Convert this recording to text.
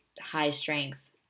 high-strength